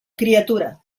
criatura